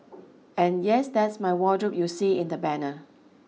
and yes that's my wardrobe you see in the banner